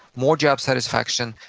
more job satisfaction,